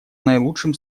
наилучшим